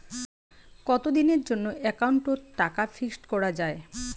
কতদিনের জন্যে একাউন্ট ওত টাকা ফিক্সড করা যায়?